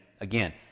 Again